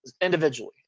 individually